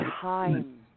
time